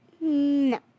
No